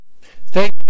thank